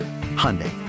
Hyundai